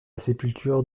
sépulture